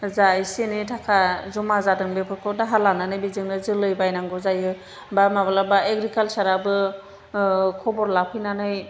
जा एसे एनै थाखा जमा जादों बेफोरखौ दाहार लानानै बेजोंनो जोलै बायनांगौ जायो एबा माब्लाबा एग्रिकालसाराबो खबर लाफैनानै